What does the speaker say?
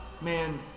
man